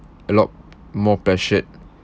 a lot more pressured